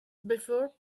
before